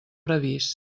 previst